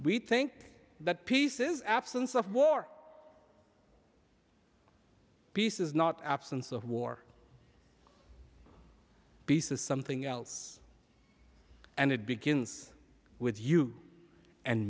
we think that peace is absence of war peace is not absence of war peace is something else and it begins with you and